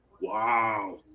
Wow